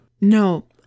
no